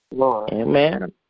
Amen